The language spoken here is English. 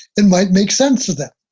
it might make sense to them,